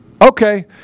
Okay